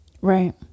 right